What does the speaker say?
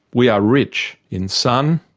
we are rich in sun,